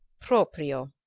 proprio!